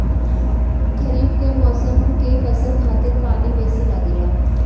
खरीफ कअ मौसम के फसल खातिर पानी बेसी लागेला